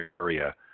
area